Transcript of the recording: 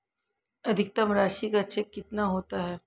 अधिकतम राशि का चेक कितना होता है?